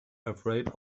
afraid